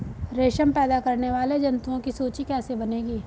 रेशम पैदा करने वाले जंतुओं की सूची कैसे बनेगी?